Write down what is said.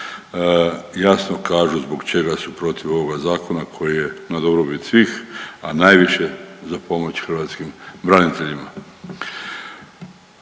jasno kažu zbog čega su protiv ovoga zakona koji je na dobrobit svih, a najviše za pomoć hrvatskim braniteljima.